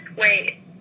Wait